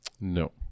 No